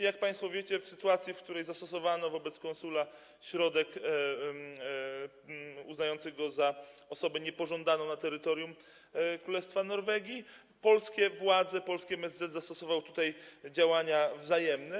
Jak państwo wiecie, w sytuacji gdy zastosowano wobec konsula środek uznający go za osobę niepożądaną na terytorium Królestwa Norwegii, polskie władze, polski MSZ, zastosowały tutaj działania wzajemne.